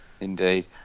indeed